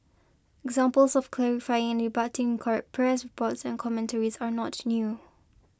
examples of clarifying and rebutting correct press reports and commentaries are not new